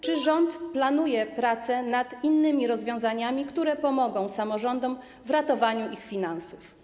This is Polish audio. Czy rząd planuje prace nad innymi rozwiązaniami, które pomogą samorządom w ratowaniu ich finansów?